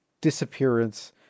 disappearance